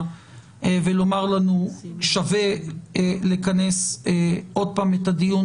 ולומר לנו ששווה לכנס עוד פעם את הדיון,